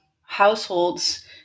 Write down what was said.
households